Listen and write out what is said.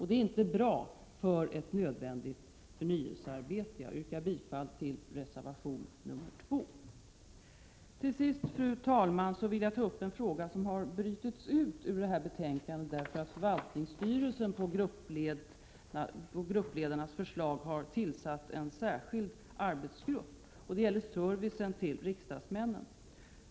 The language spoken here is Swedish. Det är inte bra för ett nödvändigt förnyelsearbete. Jag yrkar bifall till reservation 2. Till sist, fru talman, vill jag ta upp en fråga som har brutits ur detta betänkande därför att förvaltningsstyrelsen på gruppledarnas förslag har tillsatt en särskild arbetsgrupp. Det gäller servicen till riksdagsmännen.